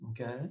Okay